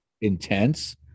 intense